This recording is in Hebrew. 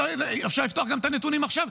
אפשר לפתוח את הנתונים גם עכשיו.